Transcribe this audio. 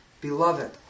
Beloved